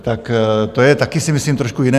Tak to je taky, myslím si, trošku jiné.